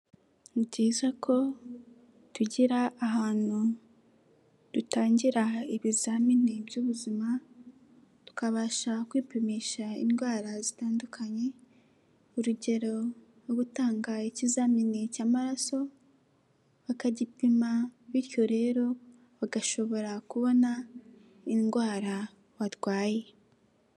Ni byiza ko tugira ahantu dutangira ibizamini by'ubuzima, tukabasha kwipimisha indwara zitandukanye, urugero rwo gutanga ikizamini cy'amaraso, bakagipima bityo rero bagashobora kubona indwara warwaye.